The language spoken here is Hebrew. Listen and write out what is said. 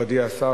מכובדי השר,